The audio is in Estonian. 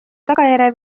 tagajärjel